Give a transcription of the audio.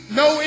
no